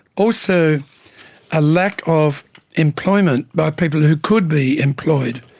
also a lack of employment by people who could be employed.